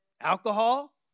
alcohol